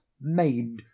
made